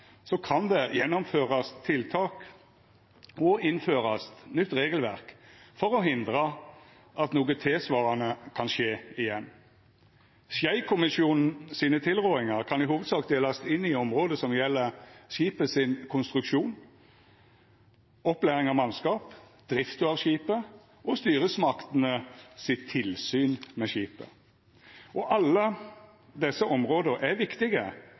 kan det gjennomførast tiltak og innførast nytt regelverk for å hindra at noko tilsvarande kan skje igjen. Schei-kommisjonens tilrådingar kan i hovudsak delast inn i område som gjeld: skipets konstruksjon opplæring av mannskapet drifta av skipet styresmaktenes tilsyn med skipet Alle desse områda er viktige